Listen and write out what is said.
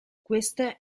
queste